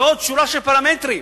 ועוד שורה של פרמטרים.